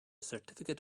certificate